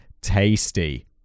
tasty